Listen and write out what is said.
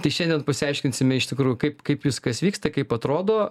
tai šiandien pasiaiškinsime iš tikrųjų kaip kaip viskas vyksta kaip atrodo